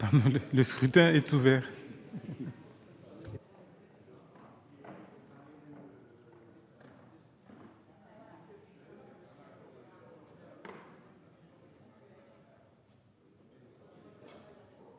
Le scrutin est ouvert.